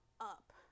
up